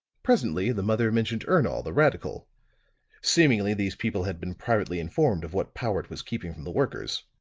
presently the mother mentioned ernol, the radical seemingly these people had been privately informed of what powart was keeping from the workers.